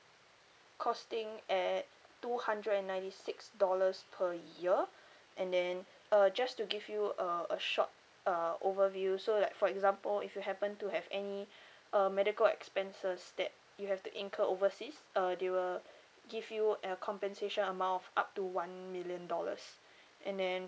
costing at two hundred and ninety six dollars per year and then uh just to give you a a short uh overview so like for example if you happen to have any uh medical expenses that you have to incur overseas uh they will give you a compensation amount of up to one million dollars and then